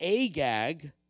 Agag